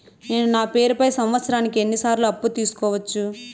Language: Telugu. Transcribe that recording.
నేను నా పేరుపై సంవత్సరానికి ఎన్ని సార్లు అప్పు తీసుకోవచ్చు?